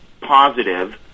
positive